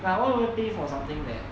well what will pay for something that